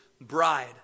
bride